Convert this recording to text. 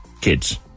kids